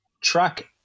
Track